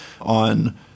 on